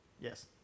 Yes